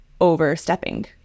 overstepping